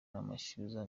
amashyuza